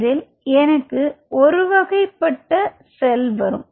இதில் எனக்கு ஒரு வகைப்பட்ட செல் வெளிவரும்